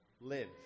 live